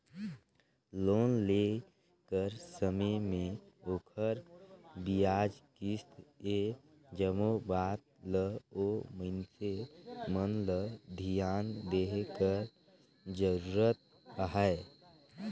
loan लेय कर समे में ओखर बियाज, किस्त ए जम्मो बात ल ओ मइनसे मन ल धियान देहे कर जरूरत अहे